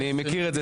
אני מכיר את זה.